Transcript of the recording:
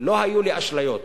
לא היו לי אשליות,